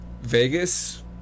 Vegas